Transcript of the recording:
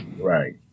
right